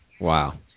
Wow